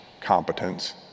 competence